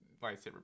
lightsaber